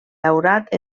daurat